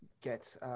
get